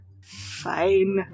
Fine